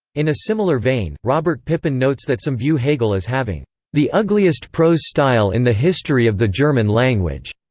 in a similar vein, robert pippin notes that some view hegel as having the ugliest prose style in the history of the german language.